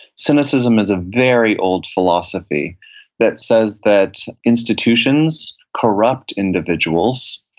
cynicism is a very old philosophy that says that institutions corrupt individuals,